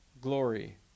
glory